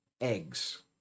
eggs